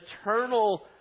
eternal